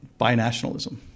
Binationalism